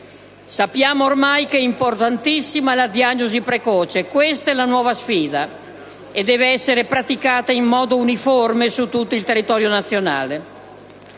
sappiamo ormai che è importantissima la diagnosi precoce: questa è la nuova sfida e deve essere affrontata in modo uniforme su tutto il territorio nazionale.